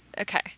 Okay